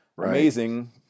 Amazing